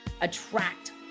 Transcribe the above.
attract